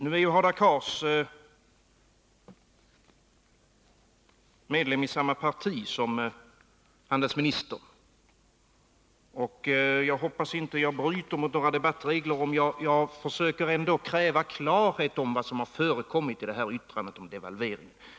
Hadar Cars är ju medlem av samma parti som handelsministern, och jag hoppas att jag inte bryter mot några debattregler, om jag försöker kräva klarhet i vad som har förekommit när det gäller det där yttrandet om devalvering.